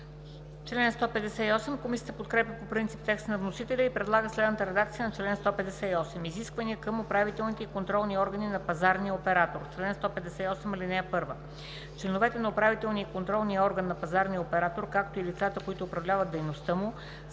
СТОЯНОВА: Комисията подкрепя по принцип текста на вносителя и предлага следната редакция на чл. 158: „Изисквания към управителните и контролните органи на пазарния оператор Чл. 158. (1) Членовете на управителния и контролния орган на пазарния оператор, както и лицата, които управляват дейността му,